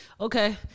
Okay